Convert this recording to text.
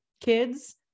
kids